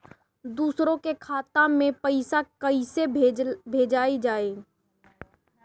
दूसरे के खाता में पइसा केइसे भेजल जाइ?